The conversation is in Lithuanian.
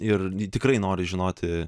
ir tikrai nori žinoti